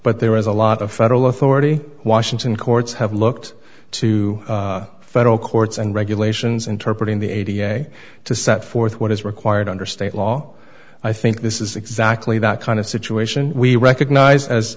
but there is a lot of federal authority washington courts have looked to federal courts and regulations interpret in the eighty's to set forth what is required under state law i think this is exactly that kind of situation we recognize as